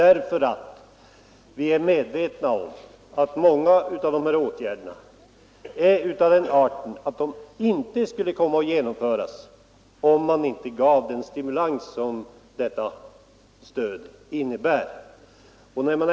Vi är nämligen medvetna om att många av dessa åtgärder är av den arten att de inte skulle komma att genomföras om man inte lämnade den stimulans som stödet innebär.